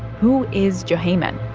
who is juhayman?